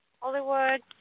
Hollywood